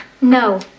No